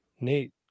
Nate